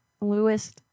Lewis